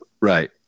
Right